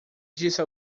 disse